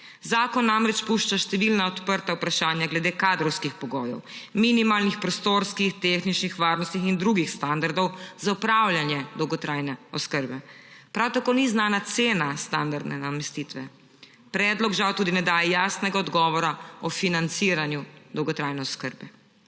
Zakon namreč pušča številna odprta vprašanja glede kadrovskih pogojev, minimalnih prostorskih, tehničnih, varnostnih in drugih standardov za opravljanje dolgotrajne oskrbe. Prav tako ni znana cena standardne namestitve. Predlog žal tudi ne daje jasnega odgovora o financiranju dolgotrajne oskrbe.